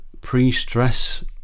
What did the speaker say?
pre-stress